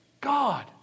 God